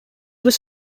was